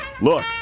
Look